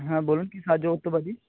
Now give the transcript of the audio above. হ্যাঁ বলুন কী সাহায্য করতে পারি